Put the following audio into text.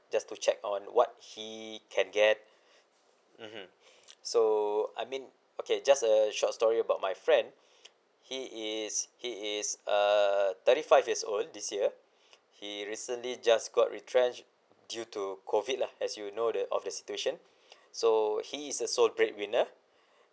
just to check on what he can get mmhmm so I mean okay just a short story about my friend he is he is uh thirty five years old this year he recently just got retrenched due to COVID lah as you know the of the situation so he is the sole bread winner